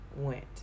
went